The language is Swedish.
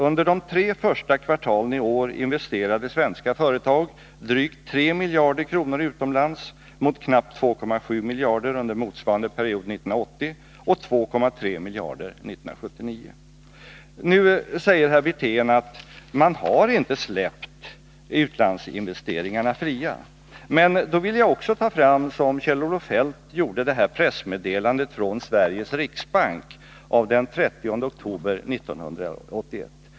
Under de tre första kvartalen i år investerade svenska företag drygt 3 miljarder kronor utomlands mot knappt 2,7 miljarder under motsvarande period 1980 och 2,3 miljarder 1979. Nu säger herr Wirtén att man inte har släppt utlandsinvesteringarna fria. Men då vill också jag, som Kjell-Olof Feldt gjorde, ta fram pressmeddelandet från Sveriges riksbank av den 30 oktober 1981.